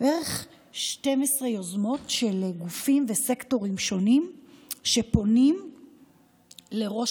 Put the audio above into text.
בערך 12 יוזמות של גופים וסקטורים שונים שפונים לראש